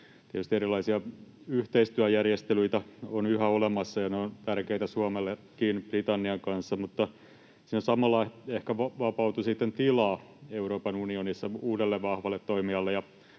Tietysti erilaisia yhteistyöjärjestelyitä on yhä olemassa — ja ne ovat tärkeitä Suomellekin — Britannian kanssa, mutta siinä samalla ehkä vapautui sitten tilaa Euroopan unionissa uudelle vahvalle toimijalle.